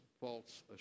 false